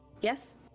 yes